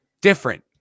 different